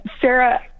Sarah